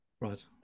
Right